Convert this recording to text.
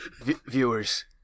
Viewers